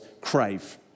crave